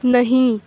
نہیں